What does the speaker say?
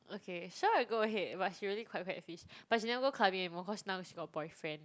okay sure go ahead but she really quite quite catfish but she never go clubbing anymore cause now she got boyfriend